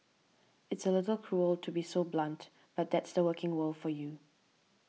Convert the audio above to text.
it's a little cruel to be so blunt but that's the working world for you